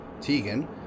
Tegan